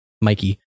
Mikey